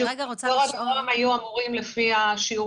אני רגע רוצה לשאול היו אמורים לפעול לפי השיעור